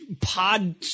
Pod –